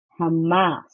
Hamas